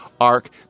Ark